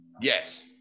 Yes